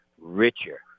richer